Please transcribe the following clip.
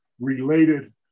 related